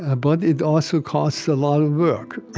ah but it also costs a lot of work,